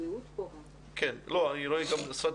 אני רואה גם את משרד